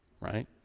right